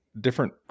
different